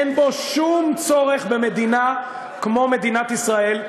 אין בו שום צורך במדינה כמו מדינת ישראל,